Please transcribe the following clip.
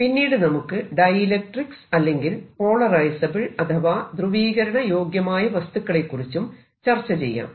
പിന്നീട് നമുക്ക് ഡൈഇലക്ട്രിക്സ് അല്ലെങ്കിൽ പോളറൈസബിൾ അഥവാ ധ്രുവീകരണ യോഗ്യമായ വസ്തുക്കളെകുറിച്ചും ചർച്ച ചെയ്യാം